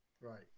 right